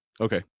Okay